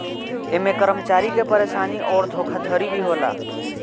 ऐमे कर्मचारी के परेशानी अउर धोखाधड़ी भी होला